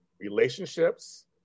relationships